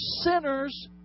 sinners